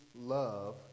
love